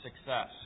success